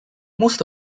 most